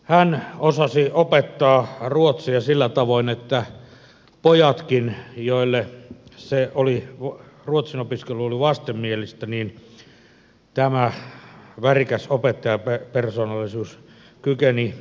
hän osasi opettaa ruotsia sillä tavoin että poikiakin joille ruotsin opiskelu oli vastenmielistä tämä värikäs opettajapersoonallisuus kykeni innostamaan